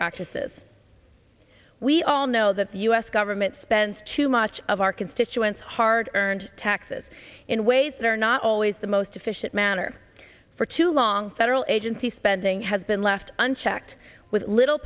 practices we all know that the u s government spends too much of our constituents hard earned taxes in ways that are not always the most efficient manner for too long federal agency spending has been left unchecked with little